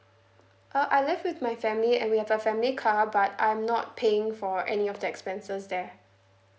uh I live with my family and we have a family car but I'm not paying for any of the expenses there